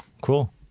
Cool